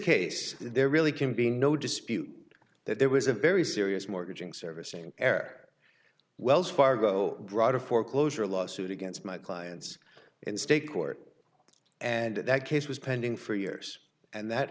case there really can be no dispute that there was a very serious mortgaging servicing heir wells fargo brought a foreclosure lawsuit against my clients in state court and that case was pending for years and that